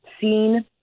seen